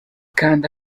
kanda